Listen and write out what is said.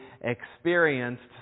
experienced